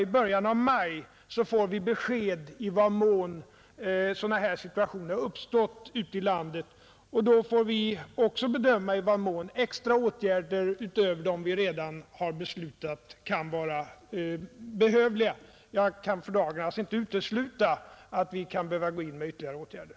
I början av maj får vi besked i vad mån dylika situationer har uppstått ute i landet. Vid den tidpunkten får vi också bedöma om extra åtgärder, utöver dem vi redan har beslutat, kan vara behövliga. Jag kan alltså inte för dagen utesluta att vi kan behöva vidta ytterligare åtgärder.